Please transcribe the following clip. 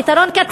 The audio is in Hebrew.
פתרון קצה?